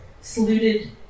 saluted